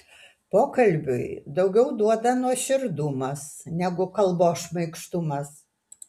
pokalbiui daugiau duoda nuoširdumas negu kalbos šmaikštumas